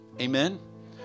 Amen